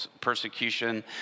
persecution